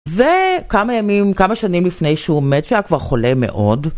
וכמה ימים, כמה שנים לפני שהוא מת, כשהיה כבר חולה מאוד.